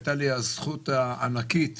הייתה לי הזכות הענקית